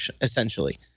essentially